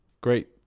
Great